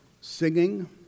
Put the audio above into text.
Singing